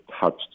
touched